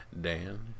Dan